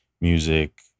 music